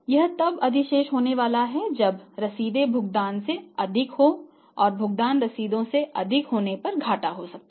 यह तब अधिशेष होने वाला है जब रसीदें भुगतान से अधिक हैं और भुगतान रसीदों से अधिक होने पर घाटा हो सकता है